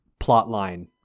plotline